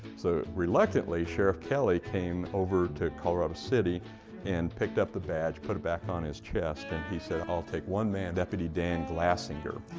so reluctantly, sheriff kelley came over to colorado city and picked up the badge, put it back on his chest, and he said, i'll take one man, deputy dan glassinger.